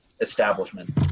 establishment